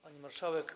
Pani Marszałek!